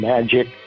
Magic